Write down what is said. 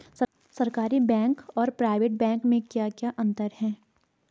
सरकारी बैंक और private bank में क्या क्या अंतर हैं?